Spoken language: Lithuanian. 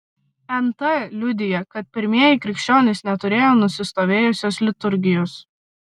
nt liudija kad pirmieji krikščionys neturėjo nusistovėjusios liturgijos